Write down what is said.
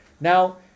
Now